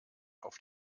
auf